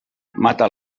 mata